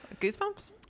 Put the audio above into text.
Goosebumps